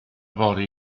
fory